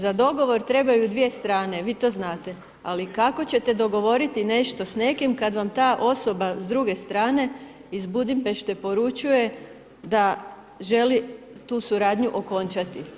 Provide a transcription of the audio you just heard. Za dogovor trebaju dvije strane vi to znate, ali kako ćete dogovoriti nešto s nekim kada vam ta osoba s druge strane iz Budimpešte poručuje da želi tu suradnju okončati.